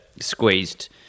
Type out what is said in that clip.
squeezed